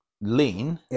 lean